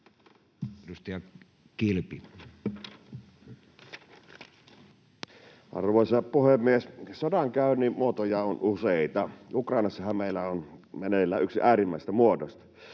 Content: Arvoisa puhemies! Sodankäynnin muotoja on useita. Ukrainassahan meillä on meneillään yksi äärimmäisistä muodoista.